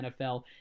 NFL